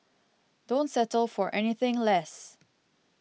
don't settle for anything less